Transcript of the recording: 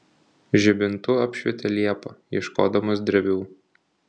žibintu apšvietė liepą ieškodamas drevių